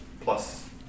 Plus